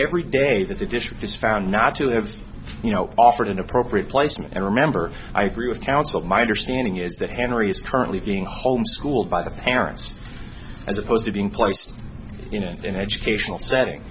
every day that the district is found not to have you know offered an appropriate placement and remember i agree with council my understanding is that henry is currently being homeschooled by the parents as opposed to being placed in an educational setting